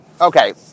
Okay